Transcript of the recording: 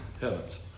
heavens